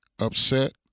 upset